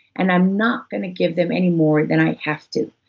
and i'm not gonna give them any more than i have to.